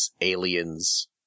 Aliens